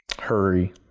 Hurry